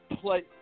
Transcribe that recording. play